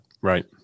Right